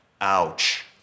Ouch